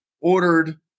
ordered